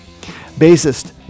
Bassist